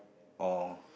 or